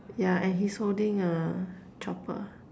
yeah and he's holding a chopper